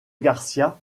garcía